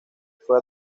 fue